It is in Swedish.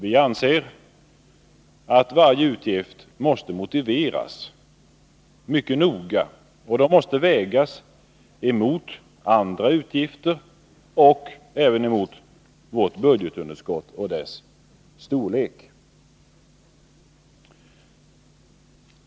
Vi anser att varje utgift måste motiveras mycket noga. Den måste vägas mot andra utgifter och även mot vårt budgetunderskott och dess storlek.